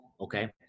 okay